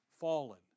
Fallen